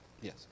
yes